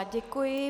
Děkuji.